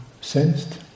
sensed